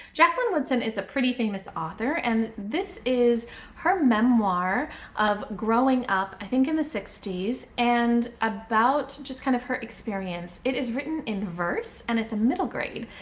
jacqueline woodson is a pretty famous author, and this is her memoir of growing up, i think in the sixty s, and about just kind of her experience. it is written in verse and it's a middle grade,